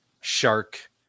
shark